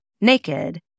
naked